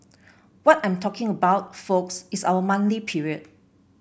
what I'm talking about folks is our monthly period